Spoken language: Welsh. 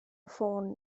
ffôn